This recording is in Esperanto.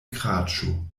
kraĉu